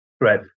Right